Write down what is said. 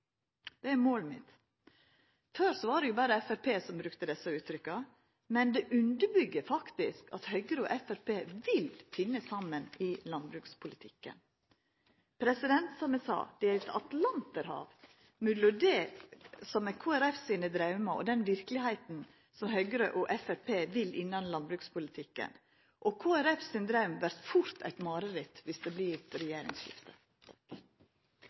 det er målet mitt. Før var det berre Framstegspartiet som brukte dette uttrykket, men det underbyggjer faktisk at Høgre og Framstegspartiet vil finna saman i landbrukspolitikken. Som eg sa: Det er eit atlanterhav mellom det som er Kristeleg Folkeparti sine draumar, og den verkelegheita som Høgre og Framstegspartiet vil ha innan landbrukspolitikken. Kristeleg Folkeparti sin draum vert fort eit mareritt dersom det vert regjeringsskifte.